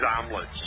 omelets